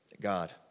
God